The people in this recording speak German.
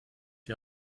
die